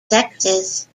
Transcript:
sexes